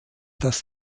dass